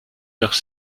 leurs